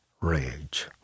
rage